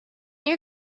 you